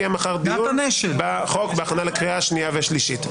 יהיה מחר דיון בחוק בהכנה לקריאה שנייה ושלישית.